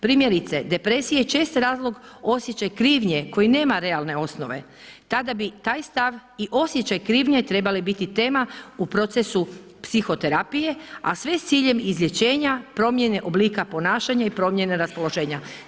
Primjerice depresija je čest razlog osjećaj krivnje koji nema realne osnove, tada bi taj stav i osjećaj krivnje trebale biti tema u procesu psihoterapije a sve s ciljem izlječenja promjene oblika ponašanja i promjene raspoloženja.